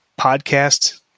podcast